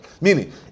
Meaning